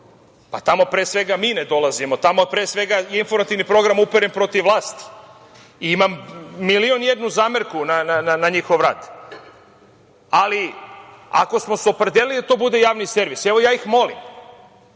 Tamo, pre svega, mi ne dolazimo. Tamo, pre svega, je informativni program uperen protiv vlasti. Imam milion i jednu zamerku na njihov rad. Ako smo se opredelili da to bude Javni servis, evo ja ih molim,